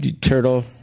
turtle